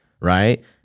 right